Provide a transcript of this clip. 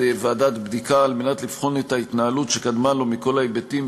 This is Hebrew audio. ועדת בדיקה על מנת לבחון את ההתנהלות שקדמה לו מכל ההיבטים,